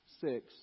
six